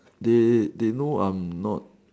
they they know I am not